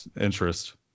interest